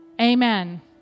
amen